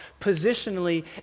Positionally